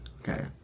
Okay